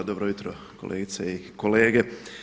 Dobro jutro kolegice i kolege!